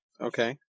Okay